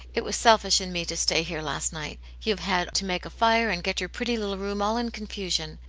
it was selfish in me to stay here last night you've had to make a fire, and get your pretty little room all in confusion.